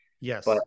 Yes